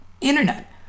internet